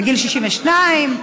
בגיל 62,